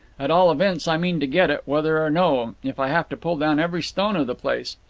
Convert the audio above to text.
at all events i mean to get it, whether or no, if i have to pull down every stone of the place.